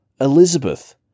Elizabeth